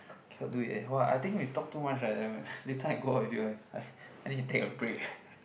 cannot do it eh !wah! I think we talk too much right damn it later I go out with you I I need to take a break